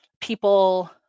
people